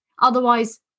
Otherwise